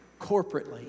corporately